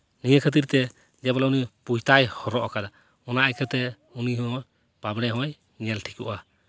ᱱᱤᱭᱟᱹ ᱠᱷᱟᱹᱛᱤᱨ ᱛᱮ ᱡᱮ ᱵᱚᱞᱮ ᱩᱱᱤ ᱯᱚᱸᱭᱛᱟᱭ ᱦᱚᱨᱚᱜ ᱠᱟᱫᱟ ᱚᱱᱟ ᱟᱹᱭᱠᱷᱟᱹ ᱛᱮ ᱩᱱᱤ ᱦᱚᱸ ᱵᱟᱸᱵᱽᱲᱮ ᱦᱚᱸᱭ ᱧᱮᱞ ᱴᱷᱤᱠᱚᱜᱼᱟ